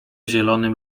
zielonym